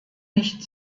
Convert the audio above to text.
nicht